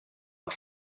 are